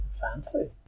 fancy